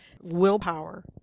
willpower